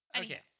Okay